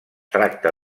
tracta